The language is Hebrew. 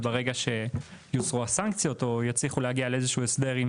וברגע שיוסרו הסנקציות או שיצליחו להגיע להסדר עם